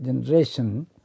generation